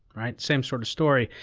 right? same sort of story.